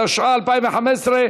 התשע"ה 2015,